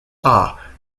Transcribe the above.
are